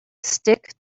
stick